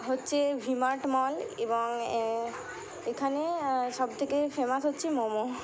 হচ্ছে V mart mall এবং এখানে সবথেকে ফেমাস হচ্ছে মোমো